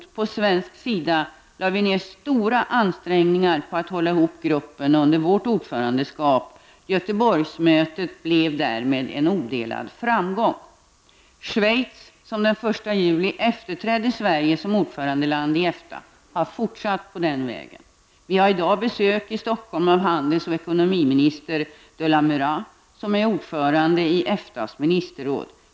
På svensk sida lade vi ner stora ansträngningar på att hålla ihop gruppen under vårt ordförandeskap. Göteborgsmötet blev därmed en odelad framgång. Schweiz, som den 1 juli efterträdde Sverige som ordförandeland i EFTA, har fortsatt på den vägen. Vi har i dag besök i Stockholm av handels och ekonominister Delamurax, som är ordförande i EFTAs ministerråd.